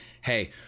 hey